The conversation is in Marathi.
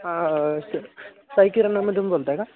साई किराणामधून बोलत आहे का